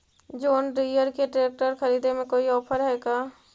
जोन Deere के tractor खरिदे में कोई औफर है का?